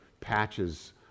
patches